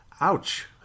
Ouch